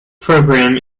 program